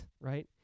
right